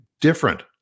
different